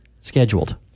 scheduled